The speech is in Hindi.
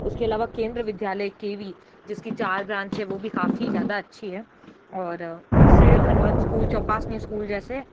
उसके अलावा केंद्रीय विद्यालय के वी जिसकी चार ब्रांच है वो भी काफ़ी ज़्यादा अच्छी है और सेम हनवंत स्कूल जो पास में स्कूल जैसे